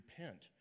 repent